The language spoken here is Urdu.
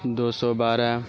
دو سو بارہ